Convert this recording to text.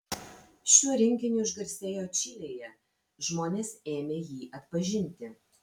šiuo rinkiniu išgarsėjo čilėje žmonės ėmė jį atpažinti